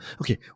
Okay